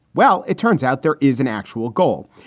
well, it turns out there is an actual goal.